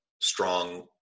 strong